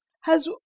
has